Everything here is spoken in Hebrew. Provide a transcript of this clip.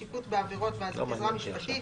שיפוט בעבירות ועזרה משפטית),